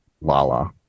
Lala